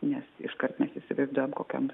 nes iškart mes įsivaizduojam kokiom